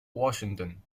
washington